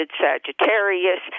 Sagittarius